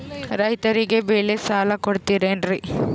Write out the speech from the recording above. ರೈತರಿಗೆ ಬೆಳೆ ಸಾಲ ಕೊಡ್ತಿರೇನ್ರಿ?